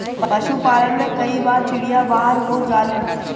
पशुपालन में कई बार चिड़िया बाहर हो जालिन